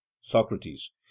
socrates